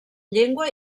llengua